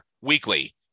weekly